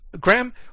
Graham